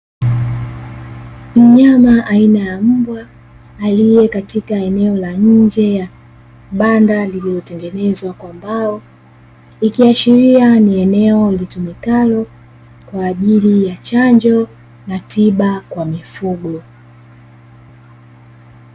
Mnyama aina ya mbwa aliye katika eneo la nje ya banda lililotengenezwa kwa mbao, likiashiria ni eneo litumikalo kwa ajili ya chanjo na tiba kwa mifugo.